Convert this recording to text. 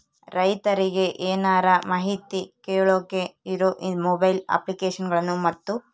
ರೈತರಿಗೆ ಏನರ ಮಾಹಿತಿ ಕೇಳೋಕೆ ಇರೋ ಮೊಬೈಲ್ ಅಪ್ಲಿಕೇಶನ್ ಗಳನ್ನು ಮತ್ತು?